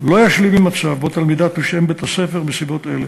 לא ישלים עם מצב שבו תלמידה תושעה מבית-הספר מסיבות אלה.